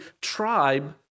tribe